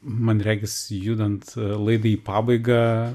man regis judant laidai į pabaigą